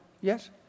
yes